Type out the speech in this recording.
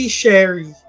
Sherry